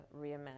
reimagine